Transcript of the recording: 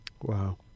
Wow